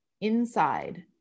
inside